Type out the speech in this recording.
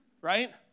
right